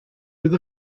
bydd